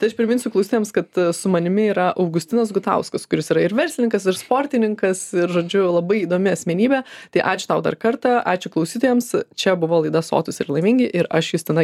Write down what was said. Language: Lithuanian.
tai aš priminsiu klausytojams kad su manimi yra augustinas gutauskas kuris yra ir verslininkas ir sportininkas ir žodžiu labai įdomi asmenybė tai ačiū tau dar kartą ačiū klausytojams čia buvo laida sotūs ir laimingi ir aš justina